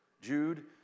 Jude